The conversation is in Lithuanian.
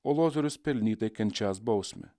o lozorius pelnytai kenčiantis bausmę